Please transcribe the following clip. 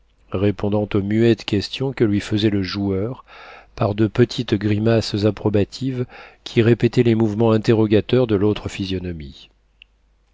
répondant aux muettes questions que lui faisait le joueur par de petites grimaces approbatives qui répétaient les mouvements interrogateurs de l'autre physionomie